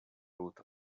ruth